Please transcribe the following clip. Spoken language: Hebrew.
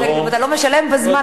אם אתה לא משלם בזמן,